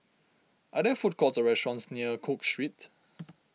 are there food courts or restaurants near Cook Street